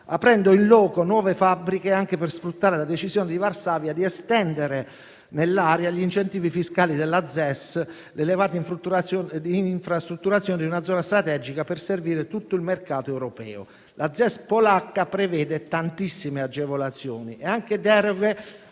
aprendo *in loco* nuove fabbriche anche per sfruttare la decisione di Varsavia di estendere nell'area gli incentivi fiscali della ZES, l'elevata infrastrutturazione di una zona strategica per servire tutto il mercato europeo. La ZES polacca prevede tantissime agevolazioni e anche deroghe